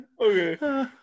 Okay